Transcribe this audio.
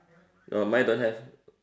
oh mine don't have